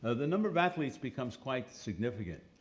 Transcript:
ah the number of athletes becomes quite significant,